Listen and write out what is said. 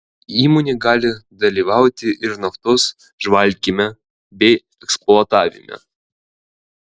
įmonė gali dalyvauti ir naftos žvalgyme bei eksploatavime